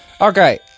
Okay